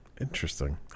Interesting